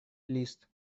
лист